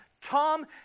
Tom